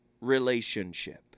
relationship